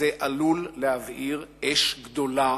זה עלול להבעיר אש גדולה